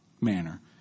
manner